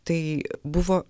tai buvo